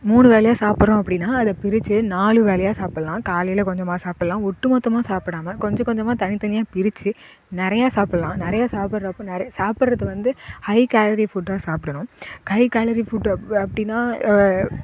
மூணு வேளையா சாப்பிட்றோம் அப்படின்னா அதை பிரித்து நாலு வேளையா சாப்பிட்லாம் காலையில் கொஞ்சமாக சாப்பிட்லாம் ஒட்டு மொத்தமாக சாப்பிடாமல் கொஞ்சம் கொஞ்சமாக தனி தனியாக பிரித்து நிறைய சாப்பிட்லாம் நிறையா சாப்பிட்றப்ப நிறைய சாப்பிட்றது வந்து ஹை கேலரி ஃபுட்டாக சாப்பிடுணும் ஹை கேலரி ஃபுட்டு அப் அப்படின்னா